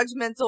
judgmental